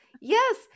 Yes